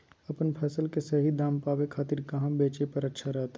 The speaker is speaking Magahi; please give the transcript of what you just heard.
अपन फसल के सही दाम पावे खातिर कहां बेचे पर अच्छा रहतय?